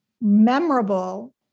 memorable